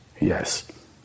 Yes